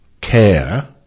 care